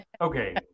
Okay